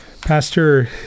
Pastor